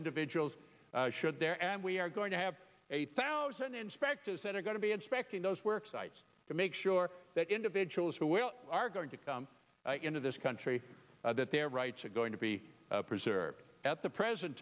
individuals should there and we are going to have a thousand inspectors that are going to be inspecting those work sites to make sure that individuals who are well are going to come into this country that their rights are going to be preserved at the present